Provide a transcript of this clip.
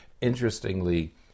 interestingly